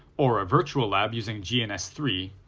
or a virtual lab using g n s three,